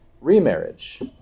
remarriage